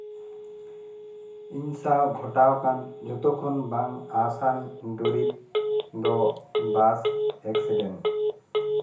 ᱤᱧ ᱥᱟᱶ ᱜᱷᱚᱴᱟᱣ ᱟᱠᱟᱱ ᱡᱷᱚᱛᱚ ᱠᱷᱚᱱ ᱵᱟᱝ ᱟᱸᱥᱟᱱ ᱫᱩᱨᱤᱵ ᱫᱚ ᱵᱟᱥ ᱮᱠᱥᱤᱰᱮᱱ